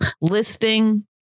listing